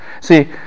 See